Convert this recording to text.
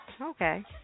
Okay